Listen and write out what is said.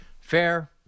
Fair